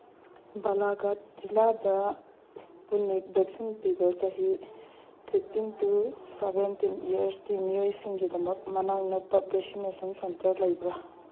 ꯕꯥꯂꯥꯒꯥꯠ ꯖꯤꯂꯥꯗ ꯏꯁꯄꯨꯠꯅꯤꯛ ꯚꯦꯛꯁꯤꯟ ꯄꯤꯕ ꯆꯍꯤ ꯐꯤꯞꯇꯤꯟ ꯇꯨ ꯁꯚꯦꯟꯇꯤꯟ ꯏꯌꯔꯁꯀꯤ ꯃꯤꯑꯣꯏꯁꯤꯡꯒꯤꯗꯃꯛ ꯃꯅꯥꯛ ꯅꯛꯄ ꯚꯦꯁꯤꯟꯅꯦꯁꯟ ꯁꯦꯟꯇꯔ ꯂꯩꯕ꯭ꯔ